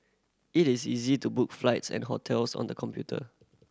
it is easy to book flights and hotels on the computer